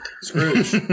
Scrooge